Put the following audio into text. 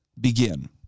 begin